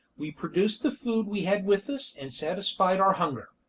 we produced the food we had with us, and satisfied our hunger.